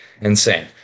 insane